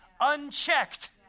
unchecked